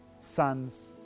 sons